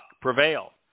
prevail